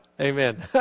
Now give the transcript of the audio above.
Amen